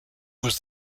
was